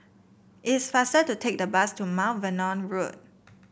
it's faster to take the bus to Mount Vernon Road